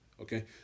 Okay